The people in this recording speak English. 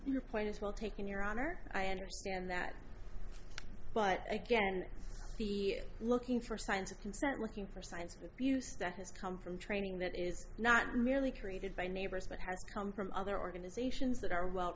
your point is well taken your honor i understand that but again be looking for signs of consent working for science with views that has come from training that is not merely created by neighbors but has come from other organizations that are well